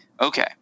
Okay